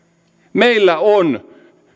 meillä on